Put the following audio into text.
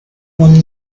one